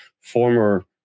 former